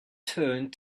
turned